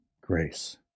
Grace